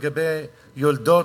ליולדות,